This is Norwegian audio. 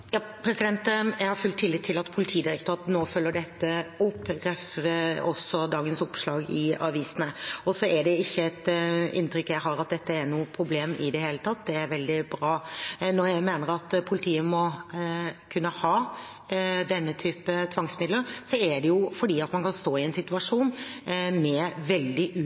Jeg har full tillit til at Politidirektoratet nå følger dette opp, også jf. dagens oppslag i avisene. Så er det ikke et inntrykk jeg har at dette er noe problem i det hele tatt, og det er veldig bra. Når jeg mener at politiet må kunne ha denne typen tvangsmidler, er det fordi man kan stå i en situasjon med veldig